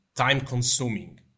time-consuming